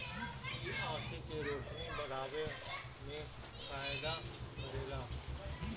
इ आंखी के रोशनी बढ़ावे में फायदा करेला